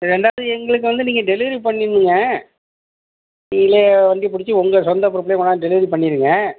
ரெண்டாவது எங்களுக்கு வந்து நீங்கள் டெலிவரி பண்ணின்னுங்க நீங்களே வண்டி பிடிச்சு உங்கள் சொந்த பொறுப்பிலேயே கொண்டாந்து டெலிவரி பண்ணிடுங்க